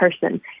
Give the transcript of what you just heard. person